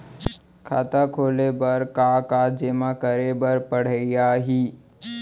खाता खोले बर का का जेमा करे बर पढ़इया ही?